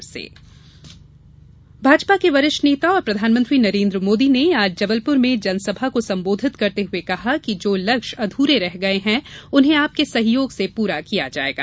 मोदी भाजपा के वरिष्ठ नेता और प्रधानमंत्री नरेन्द्र मोदी ने आज जबलप्र में जनसभा को संबोधित करते हुये कहा है कि जो लक्ष्य अध्रे रह गये हैं उन्हें आपके सहयोग से पूरा किया जायेगा